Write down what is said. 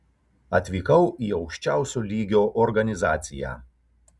atvykau į aukščiausio lygio organizaciją